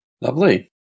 Lovely